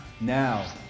Now